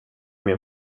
min